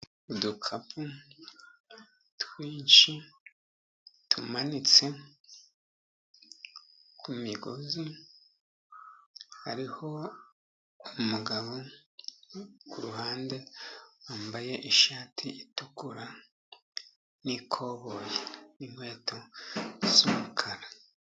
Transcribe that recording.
Udukapu twinshi tumanitse kumigozi, hariho umugabo kuruhande wambaye ishati itukura, n'ikoboyi, n'inkweto z'umukara.